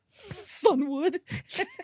Sunwood